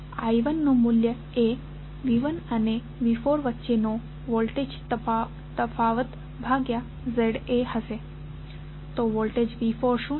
I1 નું મૂલ્ય એ V1 અને V4 વચ્ચેનો વોલ્ટેજ તફાવત ભાગ્યા ZA હશે તો વોલ્ટેજ V4 શું છે